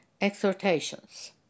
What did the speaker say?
Exhortations